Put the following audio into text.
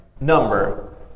number